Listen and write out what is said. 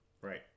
right